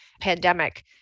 pandemic